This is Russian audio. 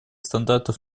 стандартов